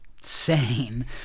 sane